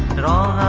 at all